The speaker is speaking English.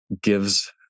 gives